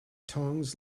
tongs